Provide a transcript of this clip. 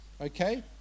okay